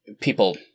people